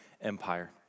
Empire